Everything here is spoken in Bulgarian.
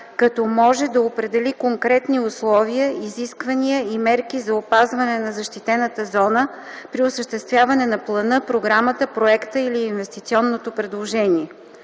„като може да определи конкретни условия, изисквания и мерки за опазване на защитената зона при осъществяване на плана, програмата, проекта или инвестиционното предложение”.